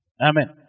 Amen